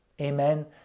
Amen